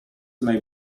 may